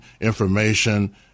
information